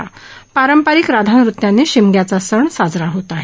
पापरंपरिक राधानृत्यानी शिमग्याचा सण साजरा होत आहे